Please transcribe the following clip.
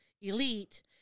elite